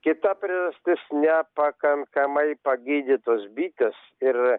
kita priežastis nepakankamai pagydytos bitės ir